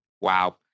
Wow